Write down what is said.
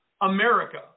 America